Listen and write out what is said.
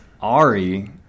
Ari